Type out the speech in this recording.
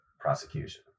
prosecution